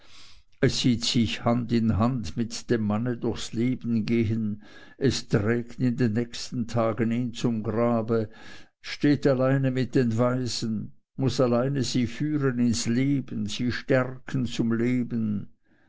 es sieht sich hand in hand mit dem manne durchs leben gehen es trägt in den nächsten tagen ihn zum grabe steht alleine mit den waisen muß alleine sie führen ins leben sie stärken zum leben